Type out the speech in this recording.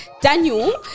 Daniel